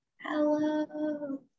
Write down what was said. hello